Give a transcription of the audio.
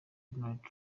donald